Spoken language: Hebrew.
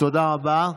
תודה רבה.